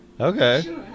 Okay